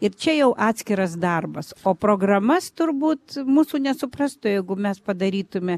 ir čia jau atskiras darbas o programas turbūt mūsų nesuprastų jeigu mes padarytume